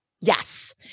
Yes